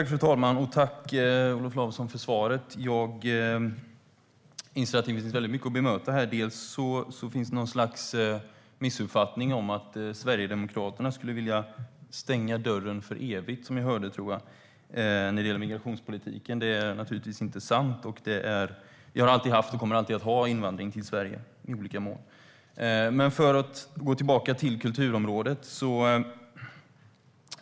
Fru talman! Tack, Olof Lavesson, för svaret! Jag inser att det finns mycket att bemöta här. Det finns något slags missuppfattning om att Sverigedemokraterna skulle vilja stänga dörren för evigt när det gäller migrationspolitiken. Det är naturligtvis inte sant. Vi har alltid haft och kommer alltid att ha invandring till Sverige i olika mån. Jag återgår till kulturområdet.